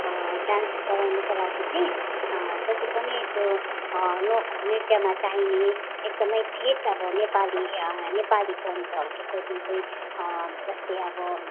dance गराउनुको लागि चाहिँ जति पनि त्यो लोकनृत्यमा चाहिने एकदमै ठेट अब नेपाली नेपालीपन झल्केको जुन चाहिँ जस्तै अब